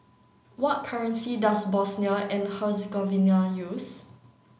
what currency does Bosnia and Herzegovina use